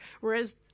whereas